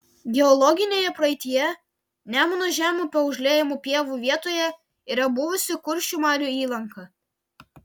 geologinėje praeityje nemuno žemupio užliejamų pievų vietoje yra buvusi kuršių marių įlanka